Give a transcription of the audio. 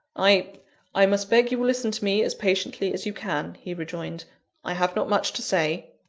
i i must beg you will listen to me as patiently as you can, he rejoined i have not much to say.